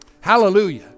Hallelujah